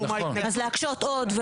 אז להקשות עוד?